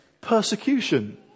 persecution